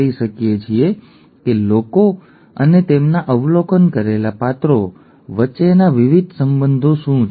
તેથી આ ઘણી બધી માહિતી છે જે આપણે ફક્ત તે જોઈને જ એકત્રિત કરી શકીએ છીએ કે લોકો અને તેમના અવલોકન કરેલા પાત્રો વચ્ચેના વિવિધ સંબંધો શું છે